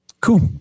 Cool